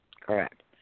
Correct